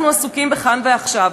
אנחנו עסוקים בכאן ועכשיו.